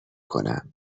کنم